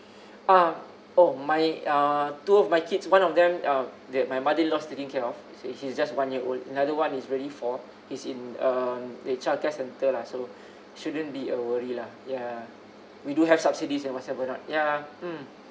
ah oh my uh two of my kids one of them um that my mother in law taking care of he he's just one year old another one is already four he's in uh the childcare center lah so shouldn't be a worry lah ya we do have subsidies and whatever not ya mm